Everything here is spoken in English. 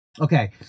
Okay